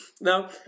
Now